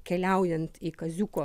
keliaujant į kaziuko